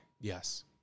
Yes